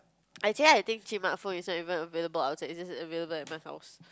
actually I think isn't available outside it's just available in my house